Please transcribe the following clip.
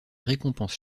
récompense